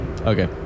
Okay